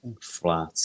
flat